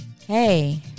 hey